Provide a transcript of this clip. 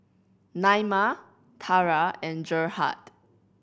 Naima Tarah and Gerhard